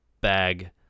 bag